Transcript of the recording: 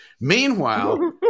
meanwhile